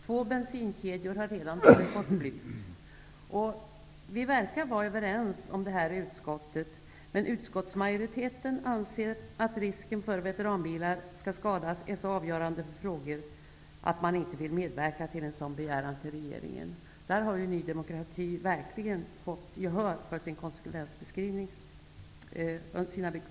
Två bensinkedjor har redan tagit bort blyet. Vi verkar vara överens om detta i utskottet, men utskottsmajoriteten anser att risken för att veteranbilar skall skadas är så avgörande för frågan att man inte vill medverka till en sådan begäran till regeringen. Här har Ny demokrati verkligen fått gehör för sin konsekvensbeskrivning.